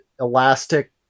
elastic